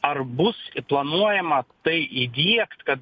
ar bus planuojama tai įdiegt kad